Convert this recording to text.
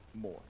more